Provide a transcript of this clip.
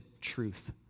truth